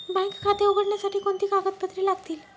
Bank खाते उघडण्यासाठी कोणती कागदपत्रे लागतील?